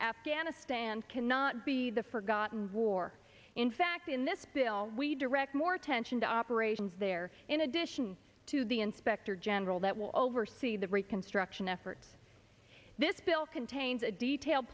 afghanistan cannot be the forgotten war in fact in this bill we direct more attention to operations there in addition to the inspector general that will oversee the reconstruction efforts this bill contains a detailed